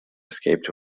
escaped